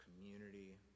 community